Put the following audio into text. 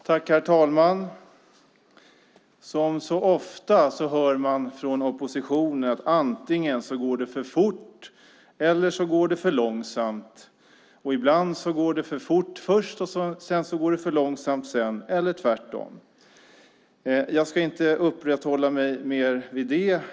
Herr talman! Som så ofta hör man från oppositionen antingen att det går för fort eller så går det för långsamt. Ibland går det först för fort och sedan för långsamt eller tvärtom. Jag ska inte uppehålla mig mer vid det.